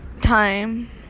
time